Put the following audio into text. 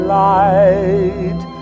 light